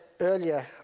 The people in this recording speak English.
earlier